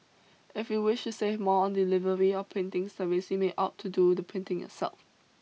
if you wish to save money on delivery or printing service you may opt to do the printing yourself